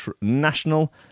national